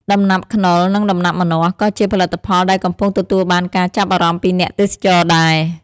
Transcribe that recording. ដំណាប់ខ្នុរ និងដំណាប់ម្នាស់ ក៏ជាផលិតផលដែលកំពុងទទួលបានការចាប់អារម្មណ៍ពីអ្នកទេសចរណ៍ដែរ។